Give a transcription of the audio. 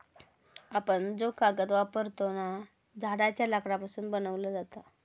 आपण जो कागद वापरतव ना, झाडांच्या लाकडापासून बनवलो जाता